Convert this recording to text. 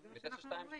אז זה מה שאנחנו אומרים.